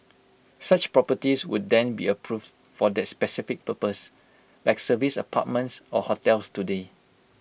such properties would then be approved for that specific purpose like service apartments or hotels today